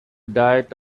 diet